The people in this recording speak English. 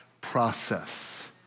process